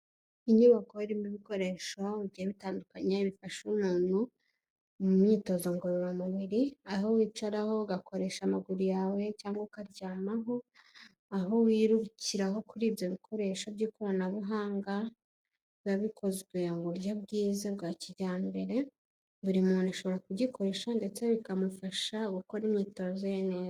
Inyubako irimo ibikoresho bigiye bitandukanye bifasha umuntu mu myitozo ngororamubiri, aho wicaraho ugakoresha amaguru yawe cyangwa ukaryamaho, aho wirukiraho kuri ibyo bikoresho by'ikoranabuhanga biba bikozwe mu buryo bwiza bwa kijyambere, buri muntu ashobora kugikoresha ndetse bikamufasha gukora imyitozo ye neza.